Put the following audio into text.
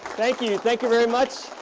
thank you. thank you very much.